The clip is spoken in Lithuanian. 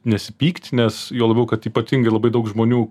nesipykti nes juo labiau kad ypatingai labai daug žmonių